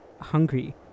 hungry